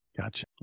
Gotcha